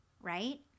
right